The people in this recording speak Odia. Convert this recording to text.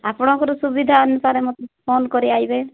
ଆପଣଙ୍କର ସୁବିଧା ଅନୁସାରେ ମୋତେ ଫୋନ୍ କରି ଆସିବେ